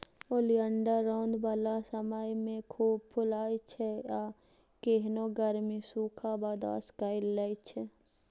oleander रौद बला समय मे खूब फुलाइ छै आ केहनो गर्मी, सूखा बर्दाश्त कए लै छै